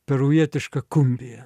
peruvietiška kumbija